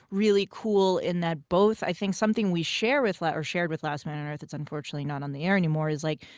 really cool in that both, i think something we share with or shared with last man on earth, it's unfortunately not on the air anymore, is, like,